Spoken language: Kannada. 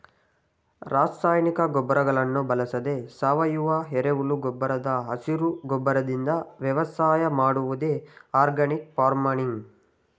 ರಾಸಾಯನಿಕ ಗೊಬ್ಬರಗಳನ್ನು ಬಳಸದೆ ಸಾವಯವ, ಎರೆಹುಳು ಗೊಬ್ಬರ ಹಸಿರು ಗೊಬ್ಬರದಿಂದ ವ್ಯವಸಾಯ ಮಾಡುವುದೇ ಆರ್ಗ್ಯಾನಿಕ್ ಫಾರ್ಮಿಂಗ್